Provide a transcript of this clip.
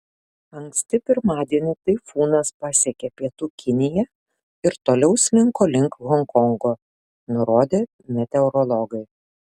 anksti pirmadienį taifūnas pasiekė pietų kiniją ir toliau slinko link honkongo nurodė meteorologai